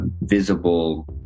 visible